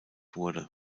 wurde